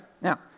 Now